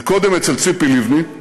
קודם אצל ציפי לבני,